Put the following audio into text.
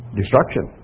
destruction